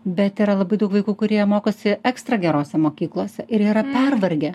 bet yra labai daug vaikų kurie mokosi ekstra gerose mokyklose ir yra pervargę